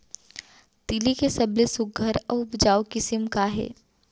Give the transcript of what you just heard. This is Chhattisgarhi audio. तिलि के सबले सुघ्घर अऊ उपजाऊ किसिम का हे?